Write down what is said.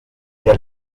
der